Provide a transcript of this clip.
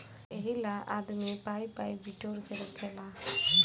एहिला आदमी पाइ पाइ बिटोर के रखेला